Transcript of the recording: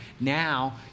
Now